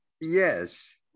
Yes